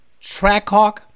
Trackhawk